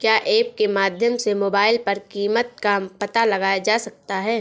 क्या ऐप के माध्यम से मोबाइल पर कीमत का पता लगाया जा सकता है?